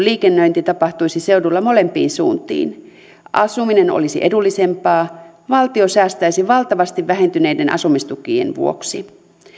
liikennöinti tapahtuisi seudulla molempiin suuntiin asuminen olisi edullisempaa valtio säästäisi valtavasti vähentyneiden asumistukien vuoksi